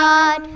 God